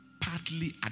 partly